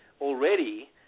already